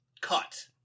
cut